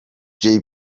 jay